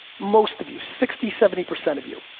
most of you, sixty, seventy percent of you.